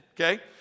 okay